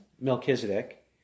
melchizedek